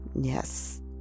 yes